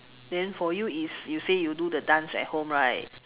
then for you is you say you do the dance at home right